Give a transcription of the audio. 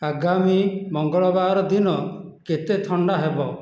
ଆଗାମୀ ମଙ୍ଗଳବାର ଦିନ କେତେ ଥଣ୍ଡା ହେବ